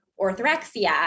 orthorexia